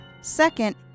second